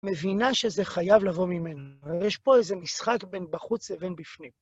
מבינה שזה חייב לבוא ממנו. ויש פה איזה משחק בין בחוץ לבין בפנים.